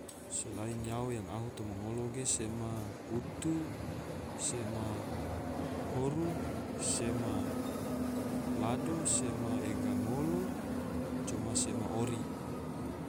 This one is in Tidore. Selain nyao yang ahu toma ngolo ge, sema utu, sema horu, sema lado, sema ega ngolo, coma sema ori